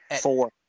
Four